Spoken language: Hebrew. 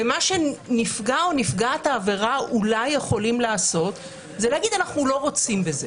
מה שנפגע או נפגעת העבירה אולי יכולים לעשות זה להגיד שהם לא רוצים בזה,